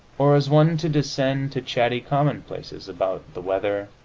or is one to descend to chatty commonplaces about the weather,